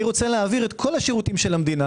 אני רוצה להעביר את כל השירותים של המדינה